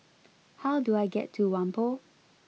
how do I get to Whampoa